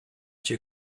cię